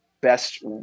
best